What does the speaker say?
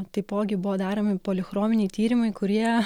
taipogi buvo daromi polichrominiai tyrimai kurie